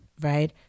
right